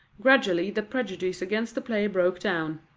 gradually the prejudice against the play broke down.